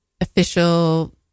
official